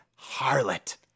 harlot